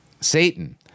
Satan